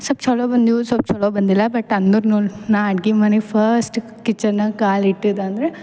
ಸ್ವಲ್ಪ ಚಲೋ ಬಂದಿವು ಸೊಲ್ಪ ಚಲೋ ಬಂದಿಲ್ಲ ಬಟ್ ನಾ ಅಡಿಗೆ ಮನೆಗೆ ಫಸ್ಟ್ ಕಿಚನ್ನಾಗ ಕಾಲಿಟ್ಟಿದ್ದು ಅಂದರೆ